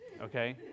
okay